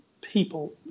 people